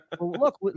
Look